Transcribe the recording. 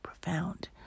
profound